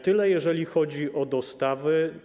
Tyle, jeżeli chodzi o dostawy.